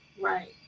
Right